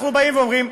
אנחנו באים ואומרים: